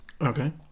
Okay